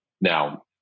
Now